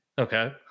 Okay